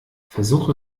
versuch